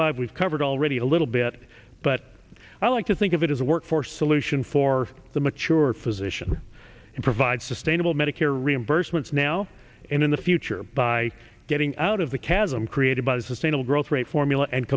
five we've covered already a little bit but i like to think of it as a workforce solution for the mature physician and provide sustainable medicare reimbursements now and in the future by getting out of the chasm created by the sustainable growth rate formula and